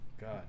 God